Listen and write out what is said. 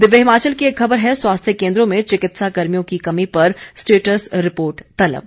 दिव्य हिमाचल की एक खबर है स्वास्थ्य केंद्रों में चिकित्सा कर्मियों की कमी पर स्टेटस रिपोर्ट तलब